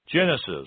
Genesis